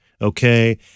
okay